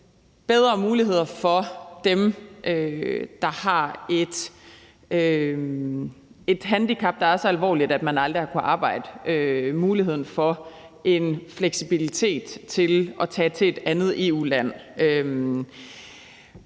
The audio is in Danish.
bedre muligheder for dem, der har et handicap, der er så alvorligt, at man aldrig er på arbejde – muligheden for en fleksibilitet i forhold til at tage til et andet EU-land.